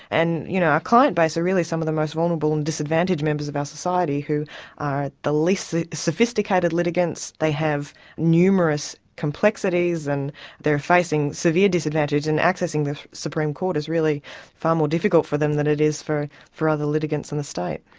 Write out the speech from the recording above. and, you know, our client base are so really some of the most vulnerable and disadvantaged members of our society who are the least sophisticated litigants, they have numerous complexities, and they're facing severe disadvantage, and accessing the supreme court is really far more difficult for them than it is for for other litigants in the state.